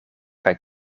kaj